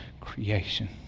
creation